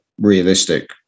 realistic